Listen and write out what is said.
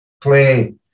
play